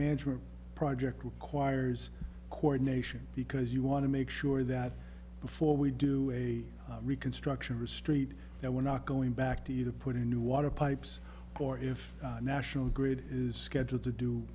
management project requires coordination because you want to make sure that before we do a reconstruction re st now we're not going back to either put in new water pipes or if national grid is scheduled to do